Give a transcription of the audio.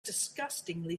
disgustingly